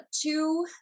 two